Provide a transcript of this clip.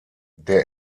der